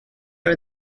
are